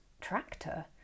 Tractor